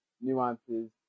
nuances